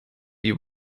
you